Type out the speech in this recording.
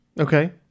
Okay